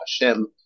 Hashem